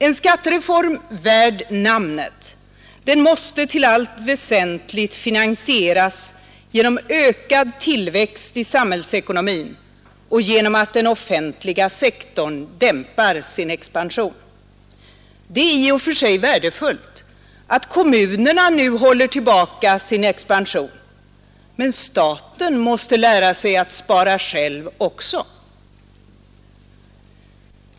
En skattereform värd namnet måste till allt väsentligt finansieras genom ökad tillväxt i samhällsekonomin och genom att den offentliga sektorn dämpar sin expansion. Det är i och för sig värdefullt att kommunerna nu håller tillbaka sin expansion, men staten måste lära sig att spara själv också!